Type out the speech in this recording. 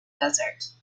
desert